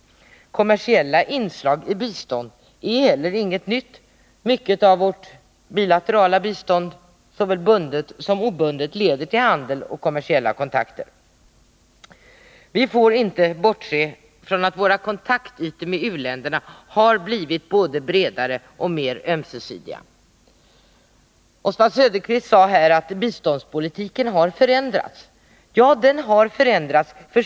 Kommersiella inslag i bistånd är heller ingenting nytt — mycket av vårt bilaterala bistånd, såväl det bundna som det obundna, leder till handel och kommersiella kontakter. Vi får inte bortse från att kontakterna med u-länderna har blivit både bredare och mer ömsesidiga. Oswald Söderqvist sade att biståndspolitiken har förändrats. Ja, den har förändrats.